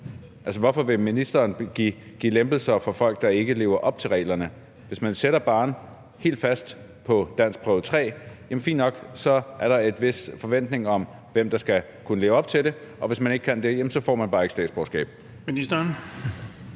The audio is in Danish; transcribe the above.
Hvorfor vil ministeren lave lempelser for folk, der ikke lever op til reglerne? Hvis man sætter barren helt fast på danskprøve 3, så er der en vis forventning om, hvem der skal kunne leve op til det, og hvis man ikke kan det, får man bare ikke statsborgerskab.